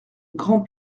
grand